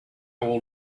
will